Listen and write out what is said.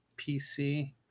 PC